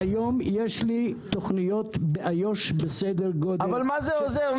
היום יש לי תוכניות באיו"ש בסדר-גודל --- אבל מה זה עוזר,